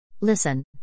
Listen